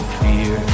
fear